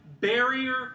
barrier